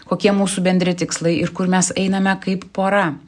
kokie mūsų bendri tikslai ir kur mes einame kaip pora